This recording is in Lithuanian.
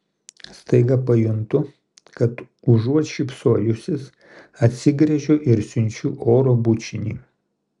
staiga pajuntu kad užuot šypsojusis atsigręžiu ir siunčiu oro bučinį